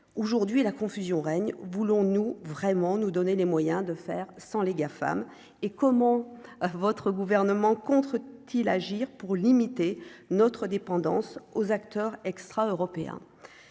aujourd'hui, la confusion règne voulons-nous vraiment nous donner les moyens de faire sans les Gafam et comment votre gouvernement contre-t-il agir pour limiter notre dépendance aux acteurs extra-européen